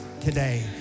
today